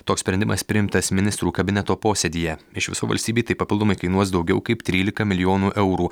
toks sprendimas priimtas ministrų kabineto posėdyje iš viso valstybei tai papildomai kainuos daugiau kaip trylika milijonų eurų